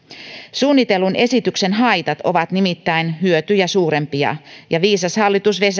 suunnitellun esityksen haitat ovat nimittäin hyötyjä suurempia ja viisas hallitus